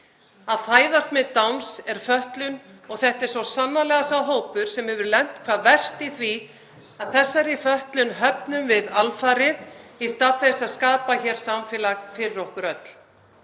Að fæðast með Downs er fötlun og þetta er svo sannarlega sá hópur sem hefur lent hvað verst í því að þessari fötlun höfnum við alfarið í stað þess að skapa hér samfélag fyrir okkur öll.